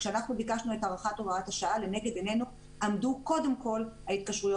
כשאנחנו ביקשנו את הארכת הוראת השעה לנגד עינינו עמדו קודם כל ההתקשרויות